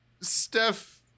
Steph